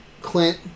Clint